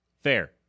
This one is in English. Fair